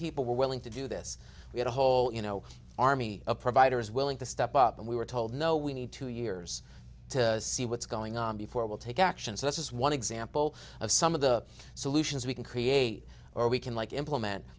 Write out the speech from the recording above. people were willing to do this we had a whole you know army a provider is willing to step up and we were told no we need two years to see what's going on before we'll take action so this is one example of some of the solutions we can create or we can like implement